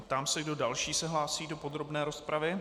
Ptám se, kdo další se hlásí do podrobné rozpravy.